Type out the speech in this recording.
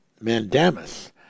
Mandamus